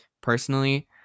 personally